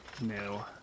No